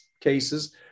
cases